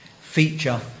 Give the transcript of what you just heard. feature